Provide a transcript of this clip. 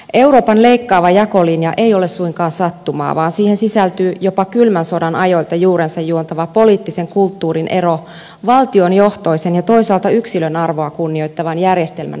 euroopan leikkaava jakolinja ei ole suinkaan sattumaa vaan siihen sisältyy jopa kylmän sodan ajoilta juurensa juontava poliittisen kulttuurin ero valtionjohtoisen ja toisaalta yksilön arvoa kunnioittavan järjestelmän välillä